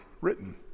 written